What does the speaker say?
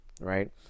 right